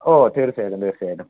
ഓ തീർച്ചയായിട്ടും തീർച്ചയായിട്ടും